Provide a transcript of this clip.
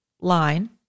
line